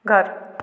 घर